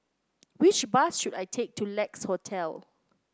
which bus should I take to Lex Hotel